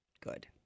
Good